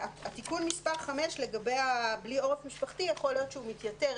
תיקון מס' 5 לגבי "בלי עורף משפחתי" יכול להיות שהוא מתייתר,